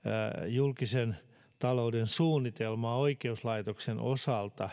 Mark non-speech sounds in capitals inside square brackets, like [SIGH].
julkisen talouden suunnitelmaa oikeuslaitoksen osalta [UNINTELLIGIBLE]